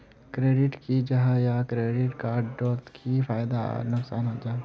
Credit की जाहा या क्रेडिट कार्ड डोट की फायदा आर नुकसान जाहा?